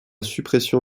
suppression